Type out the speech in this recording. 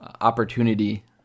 opportunity